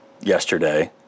yesterday